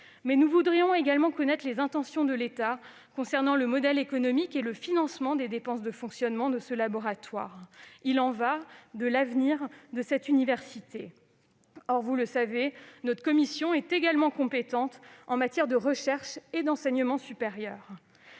Mais nous voudrions également connaître les intentions de l'État concernant le modèle économique et le financement des dépenses de fonctionnement de ce laboratoire. Il y va de l'avenir de cette université. Or, vous le savez, notre commission est également compétente en matière de recherche et d'enseignement supérieur.